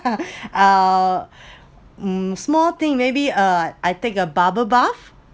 uh um small thing maybe uh I take a bubble bath